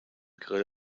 grill